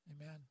Amen